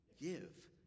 give